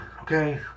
Okay